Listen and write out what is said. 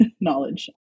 knowledge